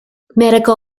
medical